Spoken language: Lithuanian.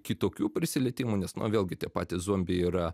kitokių prisilietimų nes na vėlgi tie patys zombiai yra